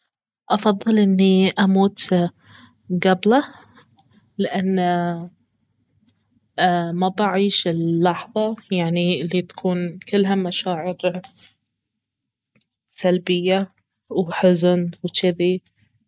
افضل اني اموت قبله لانه ما بعيش اللحظة يعني الي تكون كلها مشاعر سلبية وحزن وجذي